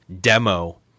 demo